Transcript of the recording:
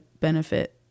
benefit